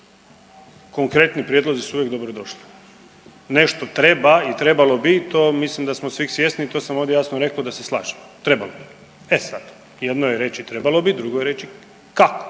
konkretni prijedlozi su uvijek dobro došli, nešto treba i trebalo bi to mislim da smo svi svjesno i to sam ovdje jasno rekao da se slažem, trebalo bi. E sad, jedno je reći trebalo bi, drugo je reći kako,